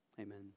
amen